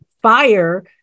fire